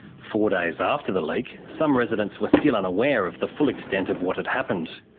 four days after the leak, some residents were still unaware of the full extent of what had happened.